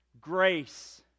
grace